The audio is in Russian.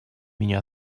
меня